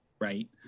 right